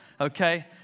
okay